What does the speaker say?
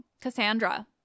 Cassandra